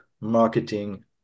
marketing